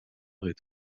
est